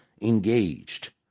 engaged